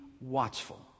watchful